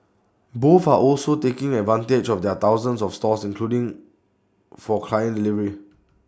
both are also taking advantage of their thousands of stores including for client delivery